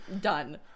Done